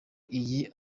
iyi